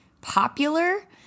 popular